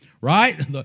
Right